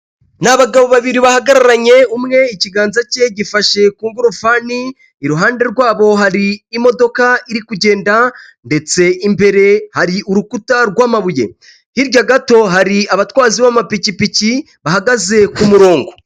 Ni abagabo babiri bahagararanye umwe ikiganza cye gifashe kungorofani; iruhande rwabo hari imodoka iri kugenda ndetse imbere hari urukuta rw'amabuye; hirya gato hari abatwatsi b'amapikipiki bahagaze ku murongo.